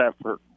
effort